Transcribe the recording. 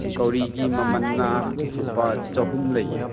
ꯒꯧꯔꯤꯒꯤ ꯃꯃꯜꯅ ꯂꯨꯄꯥ ꯆꯥꯍꯨꯝ ꯂꯩꯌꯦ